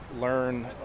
learn